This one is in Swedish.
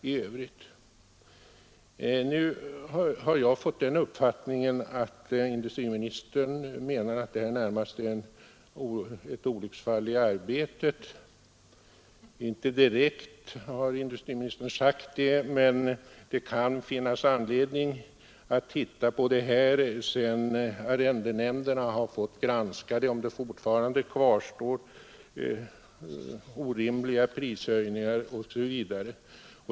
Jag har emellertid fått den uppfattningen att industriministern menar, att det här närmast rör sig om ett olycksfall i arbetet. Han har inte sagt det direkt, men han säger att det kan finnas anledning att studera saken, om — sedan arrendenämnderna fått granska markpriserna — det fortfarande kvarstår orimliga prishöjningar.